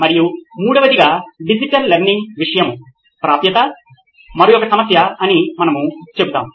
మరియు మూడవదిగా digital learning విషయము ప్రాప్యత మరొక సమస్య అని మనము చెబుతాము